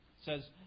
says